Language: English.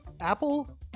Apple